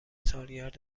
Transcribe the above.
سالگرد